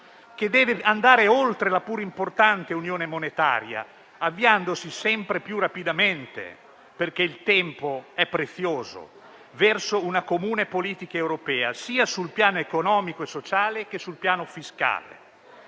che deve andare oltre la pure importante Unione monetaria, avviandosi sempre più rapidamente, perché il tempo è prezioso, verso una comune politica europea, sia sul piano economico e sociale, che sul piano fiscale.